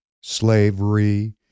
slavery